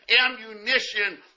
ammunition